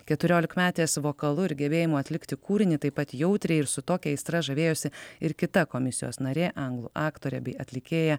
keturiolikmetės vokalu ir gebėjimu atlikti kūrinį taip pat jautriai ir su tokia aistra žavėjosi ir kita komisijos narė anglų aktorė bei atlikėja